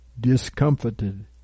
discomfited